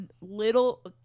little